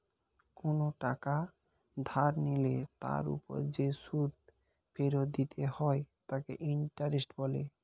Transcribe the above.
কোনো টাকা ধার নিলে তার উপর যে সুদ ফেরত দিতে হয় তাকে ইন্টারেস্ট বলে